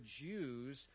Jews